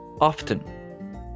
Often